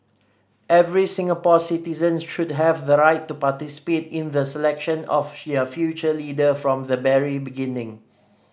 every Singapore citizen should have the right to participate in the selection of future leader from the very beginning